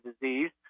disease